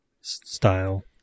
style